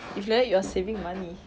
if like that you're saving money